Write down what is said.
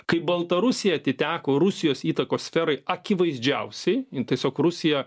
kai baltarusija atiteko rusijos įtakos sferai akivaizdžiausiai tiesiog rusija